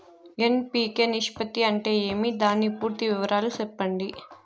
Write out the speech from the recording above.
NPK నిష్పత్తి అంటే ఏమి దాని పూర్తి వివరాలు సెప్పండి?